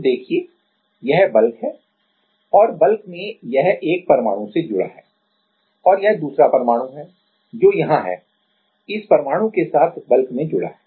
तो देखिए यह बल्क है और बल्क में यह एक परमाणु से जुड़ा है और यह दूसरा परमाणु है जो यहां है इस परमाणु के साथ बल्क में जुड़ा है